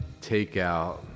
Takeout